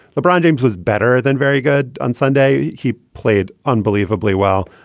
lebron james was better than very good on sunday. he played unbelievably well.